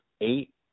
eight